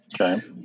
Okay